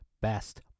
best